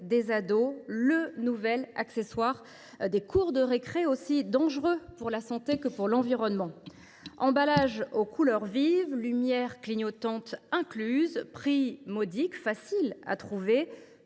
; de nouveaux accessoires, stars des cours de récréation, aussi dangereux pour la santé que pour l’environnement. Emballage aux couleurs vives, lumière clignotante incluse, prix modique, produit facile à trouver